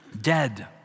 dead